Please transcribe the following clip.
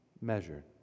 measured